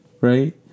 right